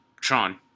Tron